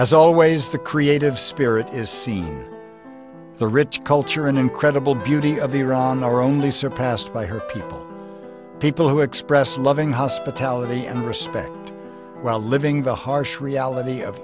together as always the creative spirit is seen the rich culture and incredible beauty of iran are only surpassed by her people people who express loving hospitality and respect while living the harsh reality of